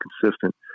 consistent